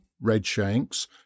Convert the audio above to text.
redshanks